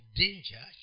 danger